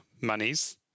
monies